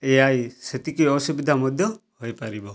ଏ I ସେତିକି ଅସୁବିଧା ମଧ୍ୟ ହୋଇପାରିବ